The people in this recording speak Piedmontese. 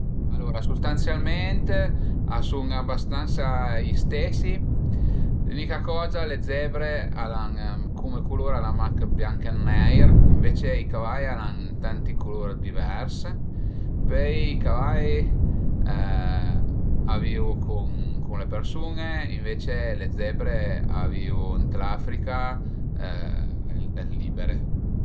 Alura sustansialment a sun abastansa i stesi, l'ünia coza le zebre al an cume culur al an mach ël bianch e ël neir, ënvece i cavai al an tanti culur divers, pöi i cavai a vivu cun le persun-e, ënvece le zebre a vivu ën l'Africa libere